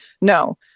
No